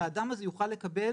ושהאדם הזה יוכל לקבל,